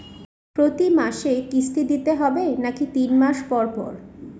প্রতিমাসে কিস্তি দিতে হবে নাকি তিন মাস পর পর?